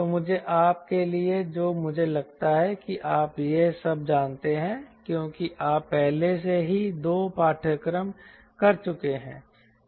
तो मुझे आप के लिए है जो मुझे लगता है कि आप यह सब जानते हैं क्योंकि आप पहले से ही 2 पाठ्यक्रम कर चुके हैं